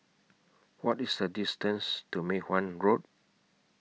What IS The distance to Mei Hwan Road